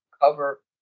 cover